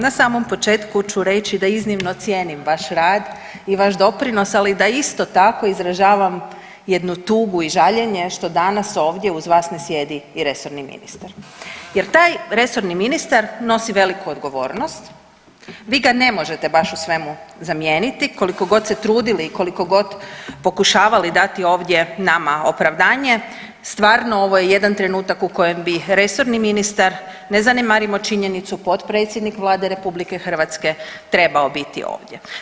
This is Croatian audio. Na samom početku ću reći da iznimno cijenim vaš rad i vaš doprinos, ali da isto tako izražavam jednu tugu i žaljenje što danas ovdje uz vas ne sjedi i resorni ministar jer taj resorni ministar nosi veliku odgovornost, vi ga ne možete baš u svemu zamijeniti koliko god se trudili i koliko god pokušavali dati ovdje nama opravdanje, stvarno ovo je jedan trenutak u kojem bi resorni ministar, ne zanemarimo činjenicu, potpredsjednik Vlade RH trebao biti ovdje.